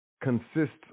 consists